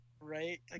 Right